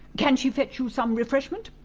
can she fetch you some refreshment?